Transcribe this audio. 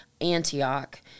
Antioch